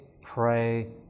pray